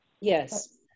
Yes